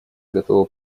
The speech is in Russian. готова